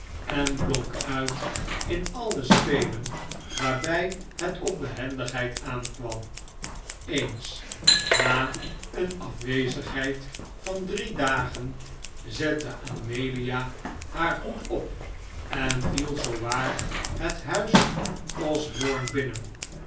en blonk uit in alle spelen waarbij het op behendigheid aankwam eens na een afwezigheid van drie dagen zette amelia haar hoed op en viel zoowaar het huis osborne binnen